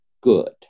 good